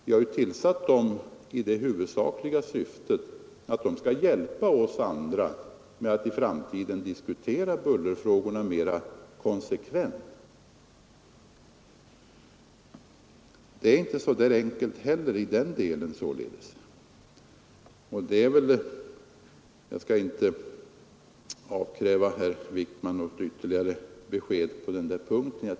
Vi har tillsatt den i det huvudsakliga syftet att den skall hjälpa oss med att i framtiden kunna diskutera bullerfrågorna mer konsekvent. Det är således inte så enkelt i den delen heller. Jag skall inte avkräva herr Wijkman något ytterligare besked på den punkten.